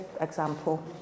example